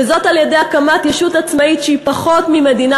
וזאת על-ידי הקמת ישות עצמאית שהיא פחות ממדינה,